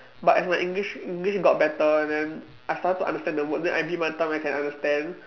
but as my English English got better and then I started to understand the word then I I can understand